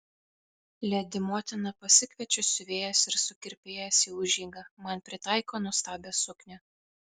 ledi motina pasikviečia siuvėjas ir sukirpėjas į užeigą man pritaiko nuostabią suknią